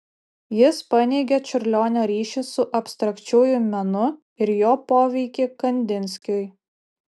jis paneigė čiurlionio ryšį su abstrakčiuoju menu ir jo poveikį kandinskiui